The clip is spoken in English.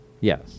yes